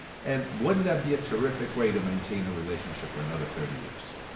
and wouldnaeurt that be a terrific way to maintain a relationship for another thirty years?